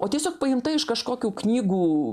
o tiesiog paimta iš kažkokių knygų